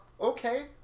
okay